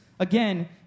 Again